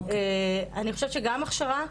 אני חושבת שגם הכשרה,